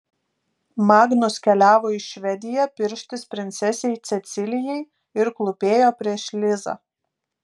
magnus keliavo į švediją pirštis princesei cecilijai ir klūpėjo prieš lizą